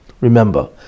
remember